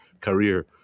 career